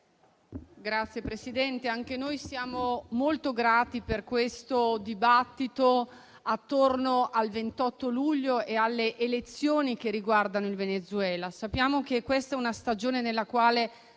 Signor Presidente, anche noi siamo molto grati per questo dibattito intorno al 28 luglio e alle elezioni che riguardano il Venezuela. Sappiamo che questa è una stagione nella quale,